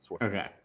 Okay